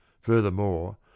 Furthermore